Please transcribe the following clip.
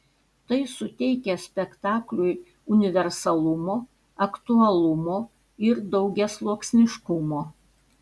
tai suteikia spektakliui universalumo aktualumo ir daugiasluoksniškumo